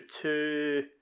two